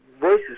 voices